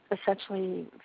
essentially